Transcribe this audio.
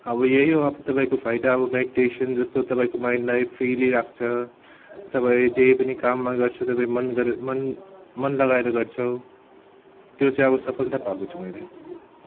अब यही हो अब तपाईँको फाइदा अब मेडिटेसन जस्तो तपाईँको माइनलाई फ्रिली राख्छ तपाईँ जे पनि काममा गर्छु तपाईँ मन गरेर मन मन लगाएर गर्छौ त्यो चाहिँ अब सफलता पाएको छु मैले